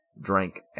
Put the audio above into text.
drank